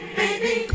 baby